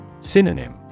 Synonym